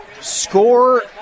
Score